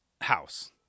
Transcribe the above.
house